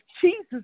Jesus